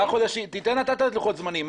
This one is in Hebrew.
תן אתה את לוחות הזמנים.